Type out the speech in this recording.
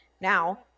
Now